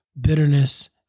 bitterness